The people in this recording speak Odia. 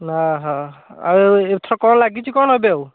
ନାଁ ଆଉ ଏଥର କ'ଣ ଲାଗିଛି କ'ଣ ଏବେ ଆଉ